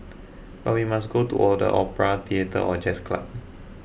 but we must go to or the opera theatre or jazz club